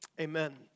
Amen